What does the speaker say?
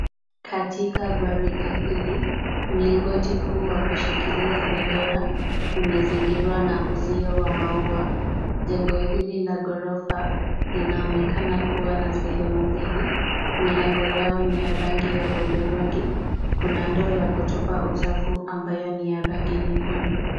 Katika gwaride hili, mlingoti huu wa kushikilia bendera, umezingirwa na uzio wa maua. Jengo hili la ghorofa linaonekana kuwa na sehemu mbili. Milango yao ni ya rangi ya hudhurungi, kuna ndoo ya kutupa uchafu ambayo ni ya rangi nyekundu.